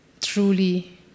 Truly